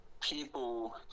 people